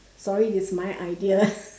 sorry it's my idea